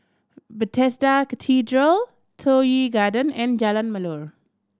Bethesda Cathedral Toh Yi Garden and Jalan Melor